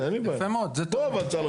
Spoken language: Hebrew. תכניס, תכניס את זה, אין לי בעיה.